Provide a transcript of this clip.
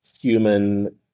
human